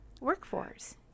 workforce